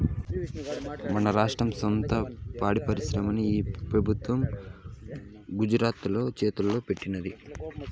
మన రాష్ట్ర సొంత పాడి పరిశ్రమని ఈ పెబుత్వం గుజరాతోల్ల చేతల్లో పెట్టినాది